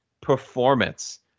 performance